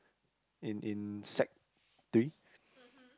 in in sec three